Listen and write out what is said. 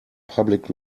public